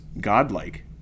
godlike